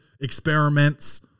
experiments